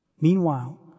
Meanwhile